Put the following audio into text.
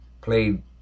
played